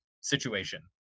situation